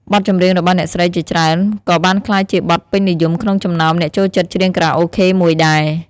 បទចម្រៀងរបស់អ្នកស្រីជាច្រើនក៏បានក្លាយជាបទពេញនិយមក្នុងចំណោមអ្នកចូលចិត្ចច្រៀងខារ៉ាអូខេមួយដែរ។